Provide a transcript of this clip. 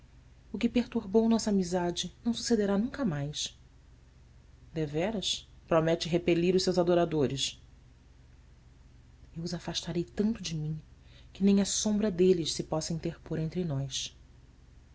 o que perturbou nossa amizade não sucederá nunca mais everas romete repelir os seus adoradores u os afastarei tanto de mim que nem a sombra deles se possa interpor entre nós